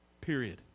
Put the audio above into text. Period